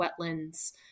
wetlands